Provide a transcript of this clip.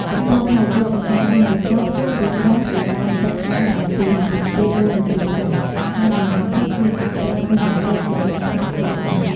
បន្ទាប់មកយកម្សៅនំបញ្ចុក ទៅស្រុះដោយដាំទឹកក្តៅឱ្យពុះរយៈពេល៤នាទីសិន ហើយម្យ៉ាងទៀតយើងអាចប្រើនំបញ្ចុកដែលឆ្អិនស្រាប់ក៏បាន។